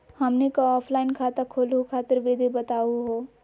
हमनी क ऑफलाइन खाता खोलहु खातिर विधि बताहु हो?